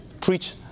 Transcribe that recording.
preach